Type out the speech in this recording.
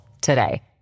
today